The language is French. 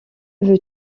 veux